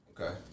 Okay